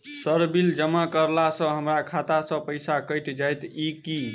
Sir bill जमा करला पर हमरा खाता सऽ पैसा कैट जाइत ई की?